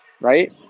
right